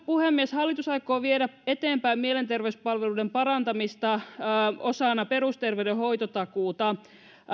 puhemies hallitus aikoo viedä eteenpäin mielenterveyspalveluiden parantamista osana perusterveydenhoitotakuuta